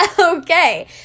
okay